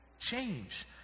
change